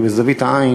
ובזווית העין